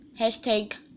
Hashtag